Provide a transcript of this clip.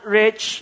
rich